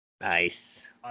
Nice